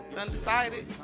undecided